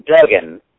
Duggan